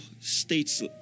states